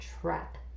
trap